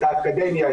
את האקדמיה,